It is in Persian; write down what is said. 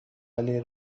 ولی